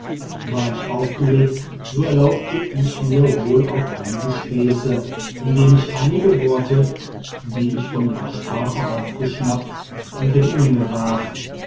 war ich aufgelegt so erlaubte ich mir wohl auch einige späße indem ich einige worte die ich von ihrer sprache aufgeschnappt unter die menge warf